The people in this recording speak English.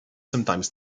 sometimes